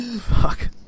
Fuck